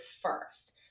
first